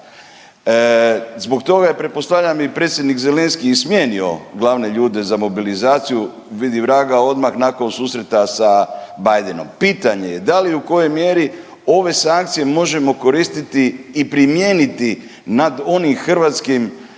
Zbog toga je pretpostavljam i predsjednik Zelenski i smijenio glavne ljude za mobilizaciju, vidi vraga odmah nakon susreta sa Bidenom. Pitanje je da li i u kojoj mjeri ove sankcije možemo koristiti i primijeniti nad onim hrvatskim,